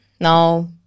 No